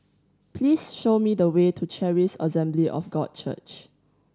please show me the way to Charis Assembly of God Church